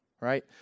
right